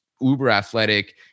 uber-athletic